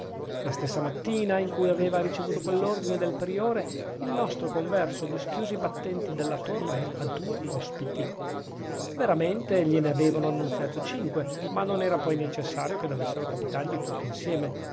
la stessa mattina in cui aveva ricevuto quell'ordine del priore il nostro converso dischiuse i battenti della torre a due ospiti veramente gliene avevano annunziato cinque ma non era poi necessario che dovessero capitargli tutti insieme